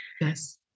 Yes